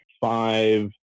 five